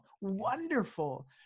Wonderful